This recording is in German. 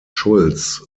schulz